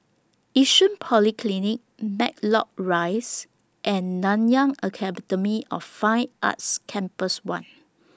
Yishun Polyclinic Matlock Rise and Nanyang Academy of Fine Arts Campus one